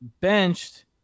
benched